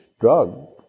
drug